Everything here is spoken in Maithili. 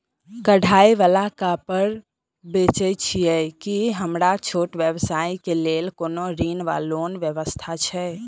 कढ़ाई वला कापड़ बेचै छीयै की हमरा छोट व्यवसाय केँ लेल कोनो ऋण वा लोन व्यवस्था छै?